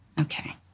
okay